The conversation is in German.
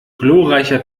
glorreicher